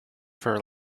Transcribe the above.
for